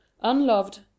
unloved